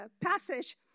passage